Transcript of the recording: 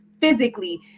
physically